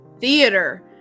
theater